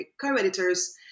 co-editors